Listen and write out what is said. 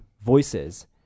voices